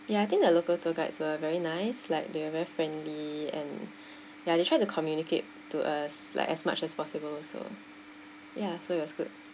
ya I think the local tour guides were very nice like they are very friendly and ya they tried to communicate to us like as much as possible also ya so it was good